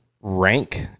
rank